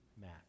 Matt